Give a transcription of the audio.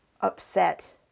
upset